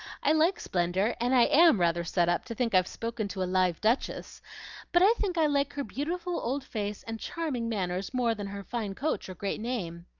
i like splendor, and i am rather set up to think i've spoken to a live duchess but i think i like her beautiful old face and charming manners more than her fine coach or great name.